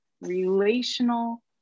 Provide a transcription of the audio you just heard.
relational